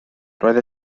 roedd